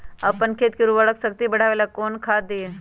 अपन खेत के उर्वरक शक्ति बढावेला कौन खाद दीये?